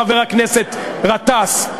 חבר הכנסת גטאס,